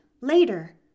later